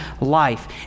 life